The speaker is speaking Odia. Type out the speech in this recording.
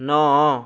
ନଅ